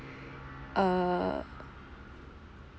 err